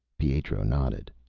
pietro nodded.